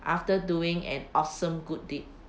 after doing an awesome good deed